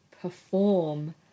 perform